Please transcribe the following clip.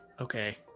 okay